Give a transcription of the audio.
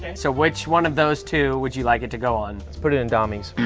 so which one of those two would you like it to go on. let's put it in domis.